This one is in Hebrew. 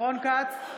רון כץ,